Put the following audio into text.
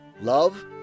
love